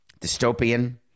dystopian